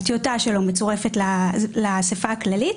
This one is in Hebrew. הטיוטה שלו מצורפת לאסיפה הכללית,